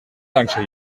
dankzij